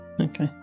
okay